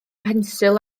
bensil